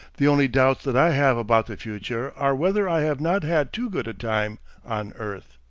the only doubts that i have about the future are whether i have not had too good a time on earth